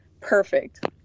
perfect